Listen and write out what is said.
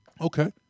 Okay